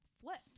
flipped